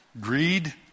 greed